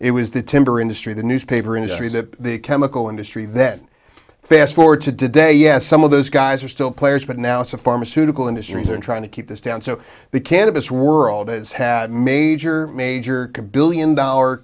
it was the timber industry the newspaper industry the chemical industry then fast forward today yes some of those guys are still players but now it's a pharmaceutical industry here trying to keep this down so the cannabis world has had major major billion dollar